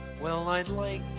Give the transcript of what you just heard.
well i'd like